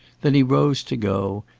then he rose to go,